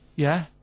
yeah.